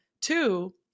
Two